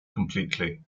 completely